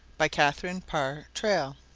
by catharine parr traill